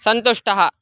सन्तुष्टः